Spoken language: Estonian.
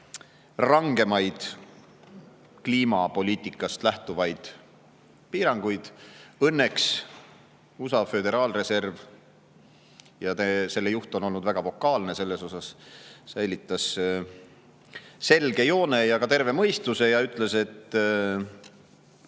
rangemaid kliimapoliitikast lähtuvaid piiranguid. Õnneks USA Föderaalreservi juht on olnud väga vokaalne selles osas, säilitas selge joone ja ka terve mõistuse ja ütles, et